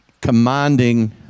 commanding